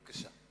בבקשה.